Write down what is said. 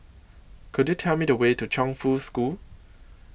Could YOU Tell Me The Way to Chongfu School